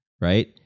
right